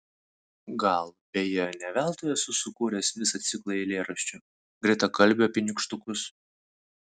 gal beje ne veltui esu sukūręs visą ciklą eilėraščių greitakalbių apie nykštukus